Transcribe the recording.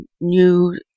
new